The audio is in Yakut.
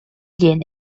диэн